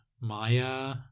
Maya